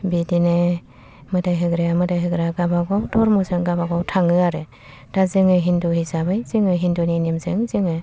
बिदिनो मोदाय होग्राया मोदाय होग्रा गावबा गाव धर्मजों गावबागाव थाङो आरो दा जोङो हिन्दु हिसाबै जोङो हिन्दुनि नेमजों जोङो